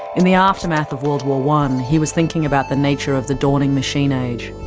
in the aftermath of world war one, he was thinking about the nature of the dawning machine age,